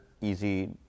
easy